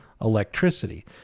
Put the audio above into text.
electricity